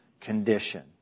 condition